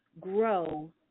grow